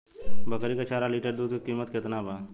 बकरी के चार लीटर दुध के किमत केतना बा?